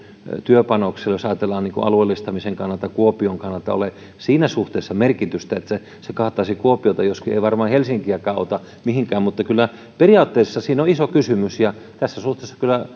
työpanoksella jos ajatellaan alueellistamisen kannalta kuopion kannalta ole siinä suhteessa merkitystä että se se kaataisi kuopion joskaan ei se varmaan helsinkiäkään auta mihinkään mutta kyllä periaatteessa se on iso kysymys ja tässä suhteessa